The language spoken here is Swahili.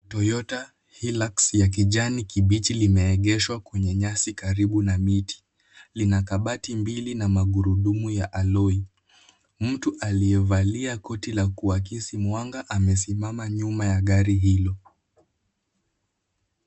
Toyota Hilux ya kijani kibichi limeegeshwa kwenye nyasi karibu na miti. Lina kabati mbili na magurudumu ya alloy . Mtu aliyevalia shati la kuakisi mwanga amesimama nyuma ya gari hilo.